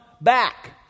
back